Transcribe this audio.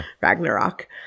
Ragnarok